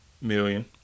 million